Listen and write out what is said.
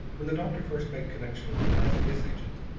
when the doctor first made connection with the eyes of his agent,